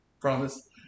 Promise